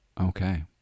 Okay